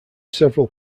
several